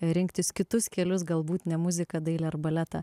rinktis kitus kelius galbūt ne muziką dailę ar baletą